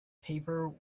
paper